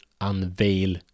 unveil